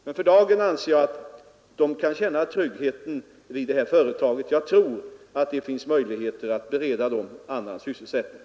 Men för dagen anser jag att de anställda vid detta företag kan känna trygghet. Jag tror att det finns möjlighet att bereda dem annan sysselsättning.